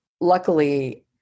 Luckily